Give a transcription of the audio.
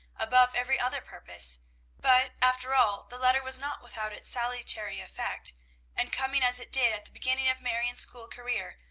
above every other purpose but, after all, the letter was not without its salutary effect and coming as it did at the beginning of marion's school career,